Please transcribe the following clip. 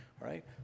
right